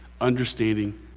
understanding